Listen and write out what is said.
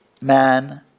man